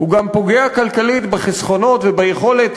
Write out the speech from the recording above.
הוא גם פוגע כלכלית בחסכונות וביכולת